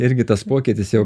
irgi tas pokytis jau